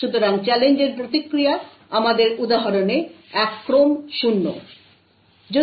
সুতরাং চ্যালেঞ্জের প্রতিক্রিয়া আমাদের উদাহরণে এক ক্রম 0